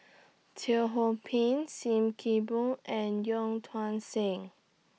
Teo Ho Pin SIM Kee Boon and Yong Tuang Seng